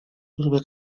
vuelve